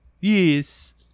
Yes